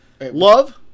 Love